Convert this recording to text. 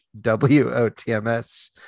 wotms